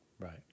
Right